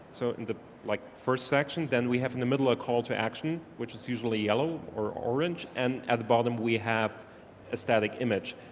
so like first section, then we have in the middle a call to action, which is usually yellow or orange and at the bottom we have a static image,